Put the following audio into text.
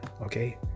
okay